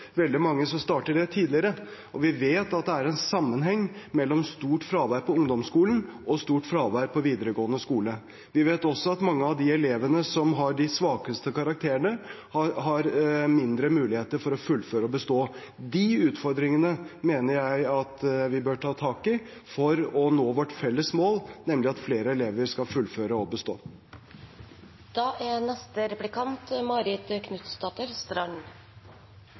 veldig mange starter de tidligere. Vi vet at det er en sammenheng mellom stort fravær på ungdomsskolen og stort fravær på videregående skole. Vi vet også at mange av de elevene som har de svakeste karakterene, har mindre mulighet til å fullføre og bestå. Disse utfordringene mener jeg at vi bør ta tak i for å nå vårt felles mål, nemlig at flere elever skal fullføre og bestå.